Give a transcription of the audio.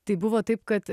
tai buvo taip kad